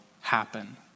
happen